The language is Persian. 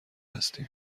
هستیم